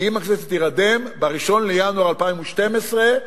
כי אם הכנסת תירדם ב-1 בינואר 2012,